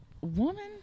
Woman